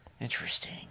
Interesting